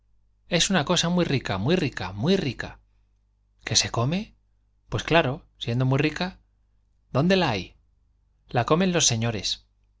es una cosa muy rica muy rica muy rica que se come pues claro siendo muy rica dónde la hay la comen los señores